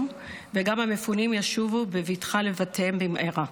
וגם המפונים ישובו בבטחה לבתיהם במהרה.